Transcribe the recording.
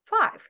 five